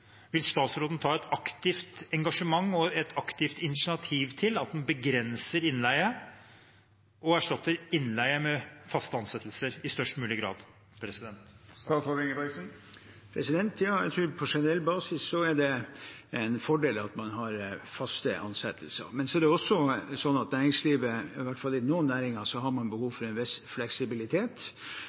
Vil statsråden ha et aktivt engasjement og ta aktivt initiativ til at en begrenser innleie og erstatter det med faste ansettelser i størst mulig grad? Jeg tror at det på generell basis er en fordel at man har faste ansettelser. Men så er det også sånn at man i næringslivet, i hvert fall i noen næringer, har behov for en viss fleksibilitet.